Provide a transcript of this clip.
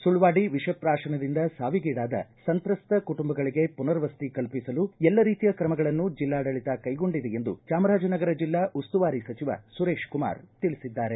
ಸುಳ್ವಾಡಿ ವಿಷ ಪ್ರಾಪನದಿಂದ ಸಾವಿಗೀಡಾದ ಸಂತ್ರಸ್ತ ಕುಟುಂಬಗಳಿಗೆ ಪುನರ್ವಸತಿ ಕಲ್ಪಿಸಲು ಎಲ್ಲ ರೀತಿಯ ಕ್ರಮಗಳನ್ನು ಜಿಲ್ಲಾಡಳಿತ ಕೈಗೊಂಡಿದೆ ಎಂದು ಚಾಮರಾಜನಗರ ಜಿಲ್ಲಾ ಉಸ್ತುವಾರಿ ಸಚಿವ ಸುರೇಶ್ಕುಮಾರ್ ತಿಳಿಸಿದ್ದಾರೆ